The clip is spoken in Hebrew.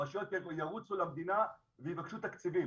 הרשויות ירוצו לפינה ויבקשו תקציבים.